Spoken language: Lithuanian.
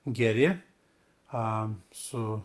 geri a su